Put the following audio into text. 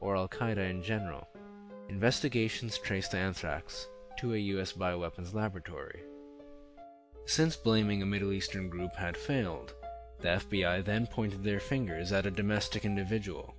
or al qaeda and general investigations traced anthrax to a u s by weapons laboratory since blaming a middle eastern group had failed the f b i then pointed their fingers at a domestic individual